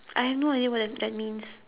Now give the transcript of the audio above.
I have no idea what tha~ that means